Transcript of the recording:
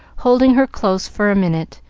holding her close for a minute,